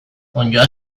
onddoa